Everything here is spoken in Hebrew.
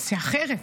זה אחרת.